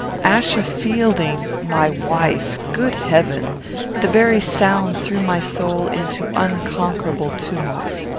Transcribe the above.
achsa fielding my wife! good heaven the very sound threw my soul into unconquerable tumults.